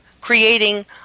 creating